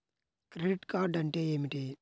Credit card అంటే ఏమిటి?